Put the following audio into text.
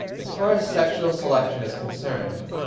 as far as sexual selection is concerned,